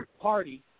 Party